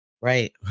Right